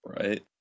Right